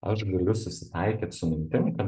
aš galiu susitaikyt su mintim kad